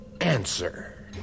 answer